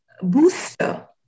booster